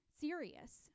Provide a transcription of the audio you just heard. serious